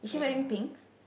I don't know